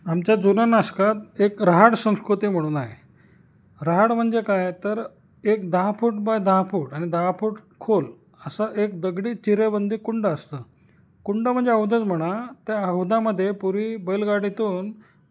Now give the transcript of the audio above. आमच्या जुन्या नाशकात एक रहाड संस्कृती म्हणून आहे राहाड म्हणजे काय तर एक दहा फूट बाय दहा फूट आणि दहा फूट खोल असं एक दगडी चिरेबंदी कुंड असतं कुंड म्हणजे हौदच म्हणा त्या हौदामध्ये पूर्वी बैलगाडीतून